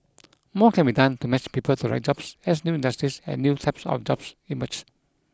more can be done to match people to the right jobs as new industries and new types of jobs emerge